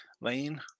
Lane